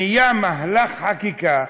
נהיה מהלך חקיקה,